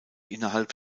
innerhalb